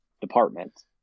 department